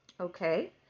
okay